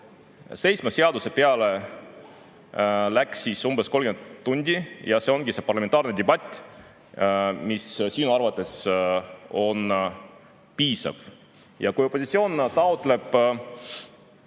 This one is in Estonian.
Seitsme seaduse peale läks siis umbes 30 tundi – see ongi see parlamentaarne debatt, mis sinu arvates on piisav. Kui opositsioon taotleb